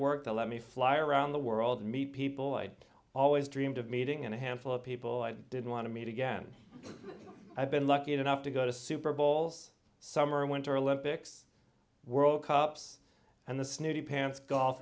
work to let me fly around the world and meet people i'd always dreamed of meeting and a handful of people i didn't want to meet again i've been lucky enough to go to super bowls summer winter olympics world cups and the snooty pants golf